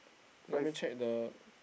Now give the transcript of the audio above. let me check the